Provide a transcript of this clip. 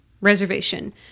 Reservation